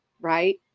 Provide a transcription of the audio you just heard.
right